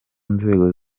nzego